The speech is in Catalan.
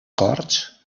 corts